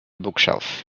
bookshelf